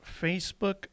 Facebook